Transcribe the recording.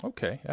Okay